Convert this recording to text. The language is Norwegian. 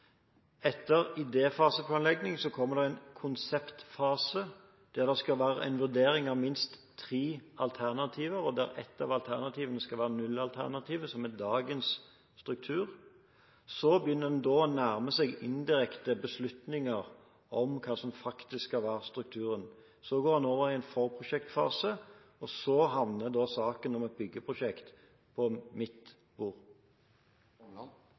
konseptfase, der det skal være en vurdering av minst tre alternativer, og der ett av alternativene skal være nullalternativet, som er dagens struktur. Da begynner en å nærme seg indirekte beslutninger om hva som faktisk skal være strukturen. Så går en over i en forprosjektfase, og så havner da saken om et byggeprosjekt på mitt bord.